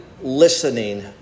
listening